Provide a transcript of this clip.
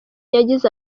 yagize